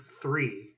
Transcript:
three